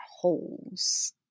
holes